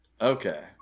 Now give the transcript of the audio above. Okay